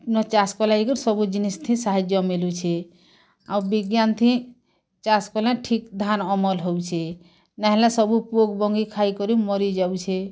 ନ ଚାଷ୍ କଲେ ଯାଇ କିରି ସବୁ ଜିନିଷ୍ ସାହାଯ୍ୟ ମିଲୁଛି ଆଉ ବିଜ୍ଞାନ୍ ଥି ଚାଷ୍ କଲେ ଠିକ୍ ଧାନ୍ ଅମଲ୍ ହଉଛି ନାଇଁ ହେଲେ ସବୁ ପୋକ ବଙ୍ଗି ଖାଇ କରି ମରି ଯାଉଛେ